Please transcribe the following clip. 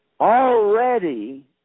already